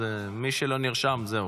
אז מי שלא נרשם זהו,